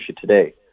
today